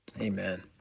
Amen